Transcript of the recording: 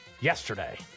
yesterday